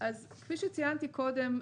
כפי שציינתי קודם,